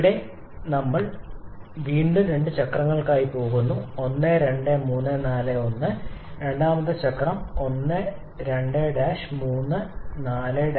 ഇവിടെ ഞങ്ങൾ പരിപാലിക്കുന്നു വീണ്ടും ഞങ്ങൾ രണ്ട് ചക്രങ്ങൾക്കായി പോകുന്നു 1 2 3 4 1 രണ്ടാമത്തെ ചക്രം 1 2 3 4 1